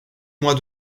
mois